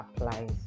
applies